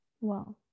Wow